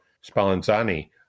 Spallanzani